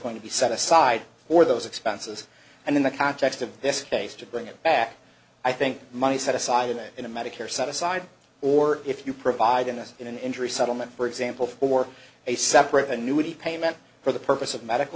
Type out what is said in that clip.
going to be set aside for those expenses and in the context of this case to bring it back i think money set aside in a in a medicare set aside or if you provide an a in an injury settlement for example or a separate the new would be payment for the purpose of medical